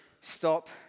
stop